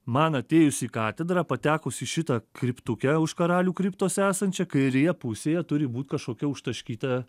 man atėjus į katedrą patekus į šitą kriptukę už karalių kriptos esančią kairėje pusėje turi būt kažkokia užtaškyta